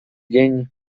dzień